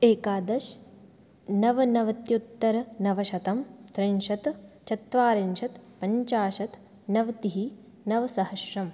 एकादश नवनवत्युत्तरं नवशतं त्रिंशत् चत्वारिंशत् पञ्चाशत् नवति नवसहस्रम्